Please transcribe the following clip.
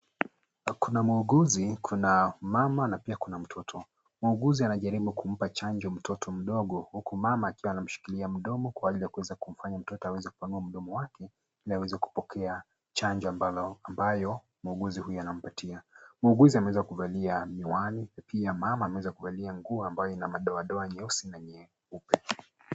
Kuna muuguzi, kuna mama na pia kuna mtoto, muuguzi anajaribu kumpa janjo mtoto mdogo, huku mama akiwa anashikilia mdomo kwa hali anaweza fanya mtoto kupanua mdomo wake ili aweze kupokea janjo ambayo muuguzi anampatia, muuguzi amweza kuvalia miwani pia mama amevalia mavazi enye madodoa nyeusi na nyeupe.